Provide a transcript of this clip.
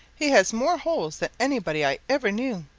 he has more holes than anybody i ever knew,